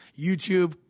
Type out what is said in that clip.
YouTube